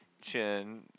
chin